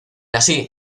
así